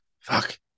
fuck